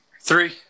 Three